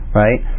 right